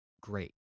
great